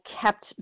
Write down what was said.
kept